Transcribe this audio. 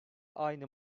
aynı